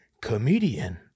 comedian